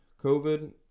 COVID